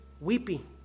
weeping